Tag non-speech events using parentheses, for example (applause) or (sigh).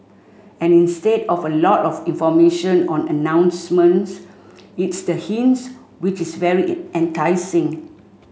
and instead of a lot of information on announcements it's the hints which is very (unintelligible) enticing